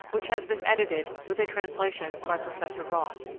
which has been edited, with a translation, by professor wrong.